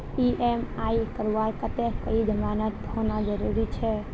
EMI करवार केते कोई जमानत होना जरूरी छे?